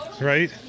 Right